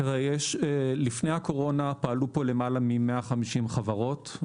לפני הקורונה פעלו פה למעלה מ-150 חברות.